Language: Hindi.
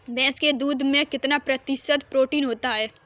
भैंस के दूध में कितना प्रतिशत प्रोटीन होता है?